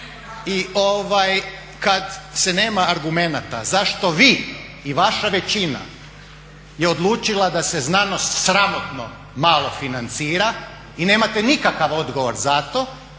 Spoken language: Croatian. I kada se nema argumenata zašto vi i vaša većina je odlučila da se znanost sramotno malo financira i nemate nikakav odgovor za to